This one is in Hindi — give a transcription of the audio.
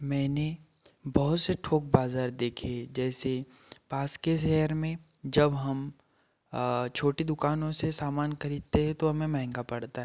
मैंने बहुत से थोक बाज़ार देखे हैं जैसे पास के शहर में जब हम छोटे दुकानों से सामान खरीदते हैं तो हमें महँगा पड़ता है